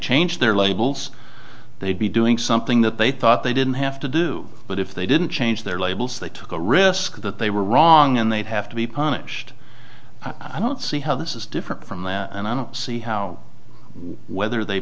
change their labels they'd be doing something that they thought they didn't have to do but if they didn't change their labels they took a risk that they were wrong and they'd have to be punished i don't see how this is different from there and i don't see how whether they